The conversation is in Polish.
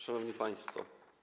Szanowni Państwo!